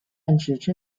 泛指